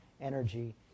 energy